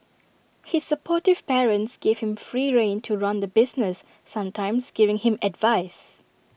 his supportive parents gave him free rein to run the business sometimes giving him advice